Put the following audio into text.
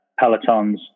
Pelotons